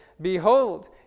behold